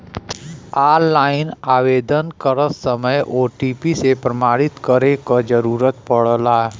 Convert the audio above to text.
online आवेदन करत समय ओ.टी.पी से प्रमाणित करे क जरुरत पड़ला